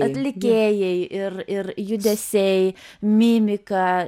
atlikėjai ir ir judesiai mimika